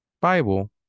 Bible